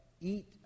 eat